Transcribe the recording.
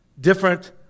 different